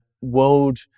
world